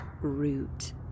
root